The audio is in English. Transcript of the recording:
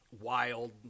wild